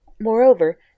Moreover